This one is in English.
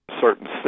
certain